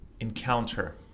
encounter